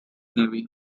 navy